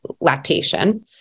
lactation